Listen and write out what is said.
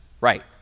right